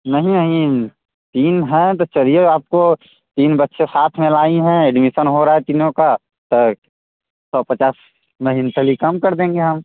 नहीं नहीं तीन है तो चलिए आपको तीन बच्चे साथ में लाई हैं एडमिशन हो रहा है तीनों का तो सौ पचास मंथली कम कर देंगे हम